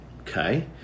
okay